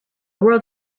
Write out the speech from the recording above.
world